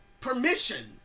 permission